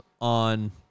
on